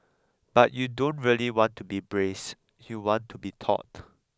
but you don't really want to be braced you want to be taut